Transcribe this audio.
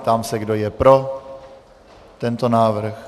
Ptám se, kdo je pro tento návrh.